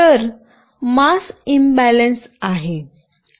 तर mass imbalance आहे